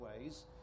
ways